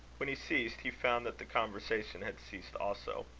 when he ceased, he found that the conversation had ceased also.